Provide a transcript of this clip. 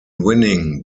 winning